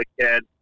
kid